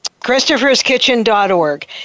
christopher'skitchen.org